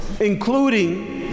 including